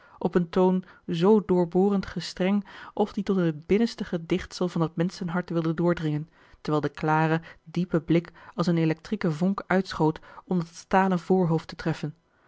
op een toon zoo doorborend gestreng of die tot in t binnenste gedichtsel van dat menschenhart wilde doordringen terwijl de klare diepe blik als een electrieke vonk uitschoot om dat stalen voorhoofd te treffen